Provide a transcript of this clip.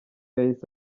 yahise